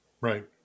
Right